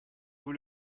vous